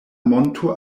monto